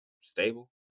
stable